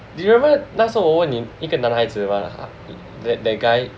you remember 那时候我问你一个男孩子 that guy